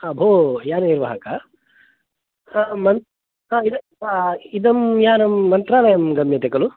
हा भो याननिर्वाहक मन् हा इदं इदं यानं मन्त्रालयं गम्यते खलु